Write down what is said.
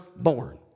born